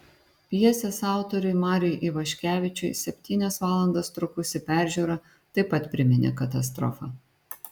pjesės autoriui mariui ivaškevičiui septynias valandas trukusi peržiūra taip pat priminė katastrofą